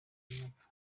nzapfa